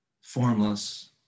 Formless